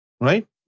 Right